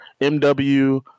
MW